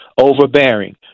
overbearing